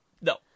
No